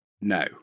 No